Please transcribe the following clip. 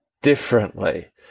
differently